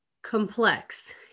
complex